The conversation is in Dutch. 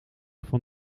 van